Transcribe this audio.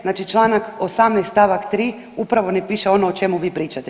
Znači Članak 18. stavak 3. upravo ne piše ono o čemu vi pričate.